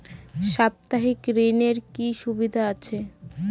সাপ্তাহিক ঋণের কি সুবিধা আছে?